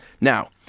Now